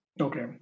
Okay